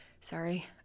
sorry